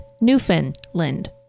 Newfoundland